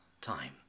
time